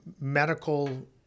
medical